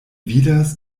vidas